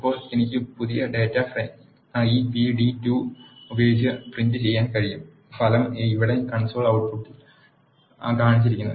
ഇപ്പോൾ എനിക്ക് പുതിയ ഡാറ്റാ ഫ്രെയിം ഈ p d 2 ഉപയോഗിച്ച് പ്രിന്റുചെയ്യാൻ കഴിയും ഫലം ഇവിടെ കൺസോൾ output ട്ട് പുട്ടിൽ കാണിച്ചിരിക്കുന്നു